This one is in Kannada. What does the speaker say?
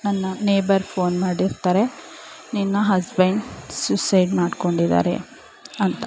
ನನ್ನ ನೇಬರ್ ಫೋನ್ ಮಾಡಿರ್ತಾರೆ ನಿನ್ನ ಹಸ್ಬೆಂಡ್ ಸುಸೈಡ್ ಮಾಡ್ಕೊಂಡಿದ್ದಾರೆ ಅಂತ